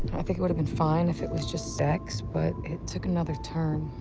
i think it would've been fine if it was just sex, but it took another turn.